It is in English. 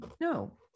no